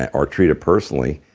and or treated personally.